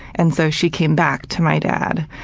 and so she came back to my dad,